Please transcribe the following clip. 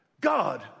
God